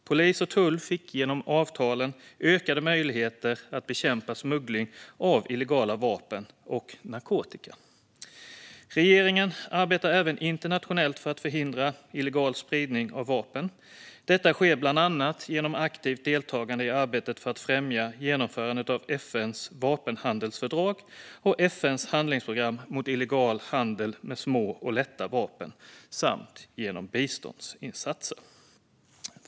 Polis och tull fick genom avtalen ökade möjligheter att bekämpa smuggling av illegala vapen och narkotika. Regeringen arbetar även internationellt för att förhindra illegal spridning av vapen. Detta sker bland annat genom aktivt deltagande i arbetet för att främja genomförandet av FN:s vapenhandelsfördrag och FN:s handlingsprogram mot illegal handel med små och lätta vapen samt genom biståndsinsatser.